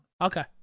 Okay